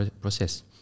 process